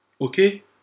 okay